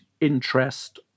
interest